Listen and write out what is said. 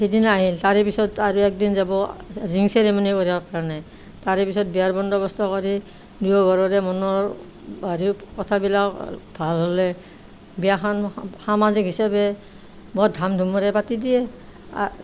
সিদিনা আহিল তাৰে পিছত আৰু একদিন যাব ৰিং চেৰিমণি কৰিবৰ কাৰণে তাৰে পিছত বিয়াৰ বন্দৱস্ত কৰি দুয়োঘৰৰে মনৰ হেৰি কথাবিলাক ভাল হ'লে বিয়াখন সামাজিক হিচাপে বহুত ধাম ধুমেৰে পাতি দিয়ে